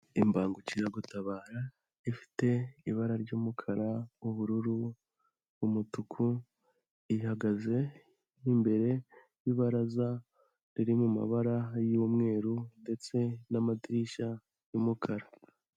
Imbangukiragutabara ifite ibara ry'umukara, ubururu, umutuku, ihagaze imbere y'ibaraza riri mu mabara y'umweru ndetse n'amadirishya y'umukara.